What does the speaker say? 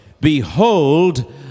Behold